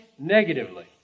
negatively